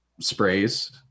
sprays